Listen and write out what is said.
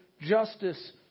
justice